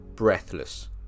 breathless